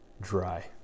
dry